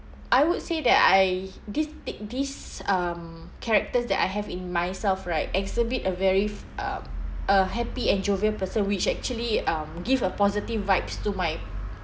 I would say that I this take these um characters that I have in myself right exhibit a very f~ um a happy and jovial person which actually um give a positive vibes to my